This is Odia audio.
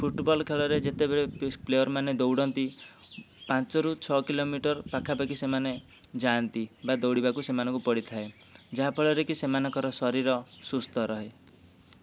ଫୁଟ୍ବଲ୍ ଖେଳରେ ଯେତେବେଳେ ପିସ୍ ପ୍ଲେୟର୍ ମାନେ ଦୌଡ଼ନ୍ତି ପାଞ୍ଚ ରୁ ଛଅ କିଲୋମିଟର୍ ପାଖାପାଖି ସେମାନେ ଯାଆନ୍ତି ବା ଦୌଡ଼ିବାକୁ ସେମାନଙ୍କୁ ପଡ଼ିଥାଏ ଯାହାଫଳରେ କି ସେମାନଙ୍କର ଶରୀର ସୁସ୍ଥ ରହେ